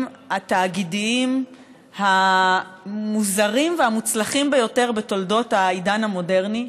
התאגידיים המוזרים והמוצלחים ביותר בתולדות העידן המודרני,